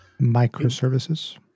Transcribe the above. microservices